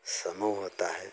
सम्मोह होता है